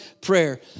prayer